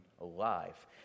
alive